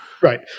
Right